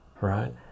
right